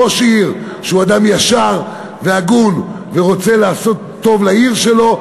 ראש עיר שהוא אדם ישר והגון ורוצה לעשות טוב לעיר שלו,